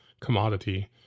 commodity